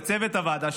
לצוות הוועדה,